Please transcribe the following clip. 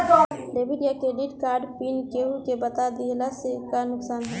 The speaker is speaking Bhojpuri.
डेबिट या क्रेडिट कार्ड पिन केहूके बता दिहला से का नुकसान ह?